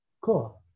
cool